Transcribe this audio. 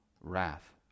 wrath